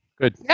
Good